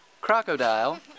crocodile